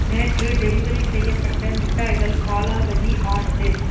நேற்று டெலிவரி செய்யப்பட்ட மிட்டாய்கள் காலாவதி ஆனது